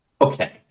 okay